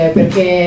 perché